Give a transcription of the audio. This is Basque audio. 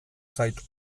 zait